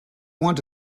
want